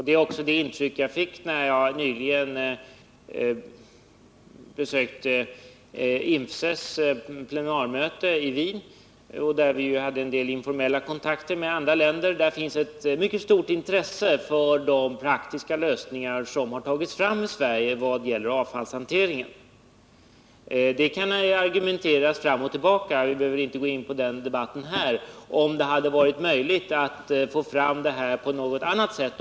Det är också det intryck jag fick när jag nyligen besökte INFCE:s plenarmöte i Wien, där vi hade en del informella kontakter med företrädare för andra länder. Där finns ett mycket stort intresse för de praktiska lösningar som har tagits fram i Sverige vad gäller avfallshanteringen. Det kan argumenteras fram och tillbaka — vi behöver inte gå in på den debatten här — om det hade varit möjligt att få fram detta på något annat sätt.